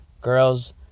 Girls